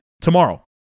tomorrow